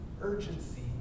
urgency